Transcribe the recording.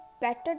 better